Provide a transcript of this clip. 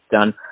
done